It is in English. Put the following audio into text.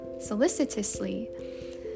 solicitously